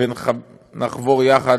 ונחבור יחד